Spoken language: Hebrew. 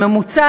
בממוצע,